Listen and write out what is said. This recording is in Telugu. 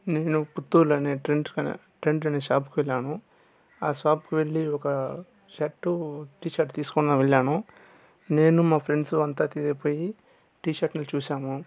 మేము పుత్తూర్లోనే ట్రెం ట్రెండ్స్ అనే షాప్కి వెళ్లాము ఆ షాప్కి వెళ్లి ఒక షర్టు టీ షర్ట్ తీసుకున్నాం వెళ్లాము నేను మా ఫ్రెండ్స్ అంతా తీయ్ పోయి టీ షర్ట్లను చూసాము